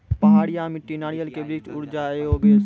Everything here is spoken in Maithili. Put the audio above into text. पहाड़िया मिट्टी नारियल के वृक्ष उड़ जाय योगेश?